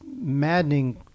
maddening